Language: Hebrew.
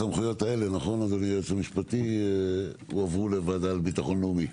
הסמכויות האלה הועברו לוועדה לביטחון לאומי,